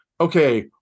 okay